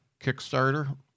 Kickstarter